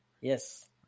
Yes